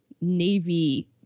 Navy